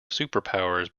superpowers